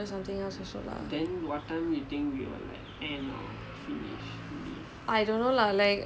ya we will just want to order pizza and just like chill there lah but if you all want something else we can order something else also lah